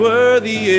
Worthy